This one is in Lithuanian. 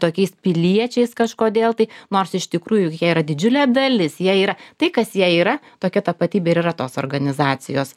tokiais piliečiais kažkodėl tai nors iš tikrųjų juk jie yra didžiulė dalis jie yra tai kas jei yra tokia tapatybė ir yra tos organizacijos